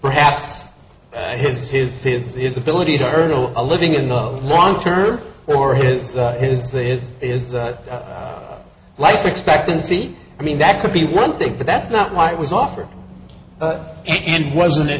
perhaps his his his his ability to earn a living in the long term or his his this is a life expectancy i mean that could be one thing but that's not what was offered and wasn't i